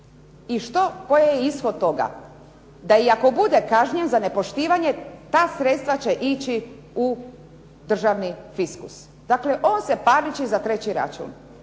i što, koji je ishod toga. Da i ako bude kažnjen za nepoštivanje ta sredstva će ići u državni fiskus. Dakle, on se parniči za treći račun.